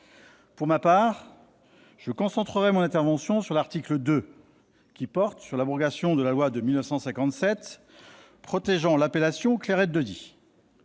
Pour ma part, je concentrerai mon intervention sur l'article 2 portant sur l'abrogation de la loi de 1957 protégeant l'appellation « Clairette de Die ».